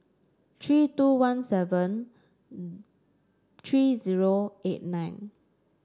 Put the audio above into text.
three two one seven three zero eight nine